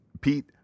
Pete